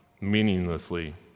meaninglessly